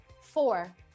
Four